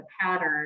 pattern